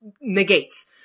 negates